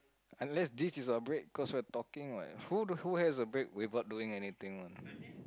unless this is a break cause we are talking what who who has a break without doing anything one